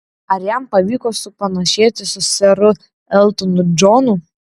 ar jam pavyko supanašėti su seru eltonu džonu